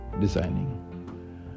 designing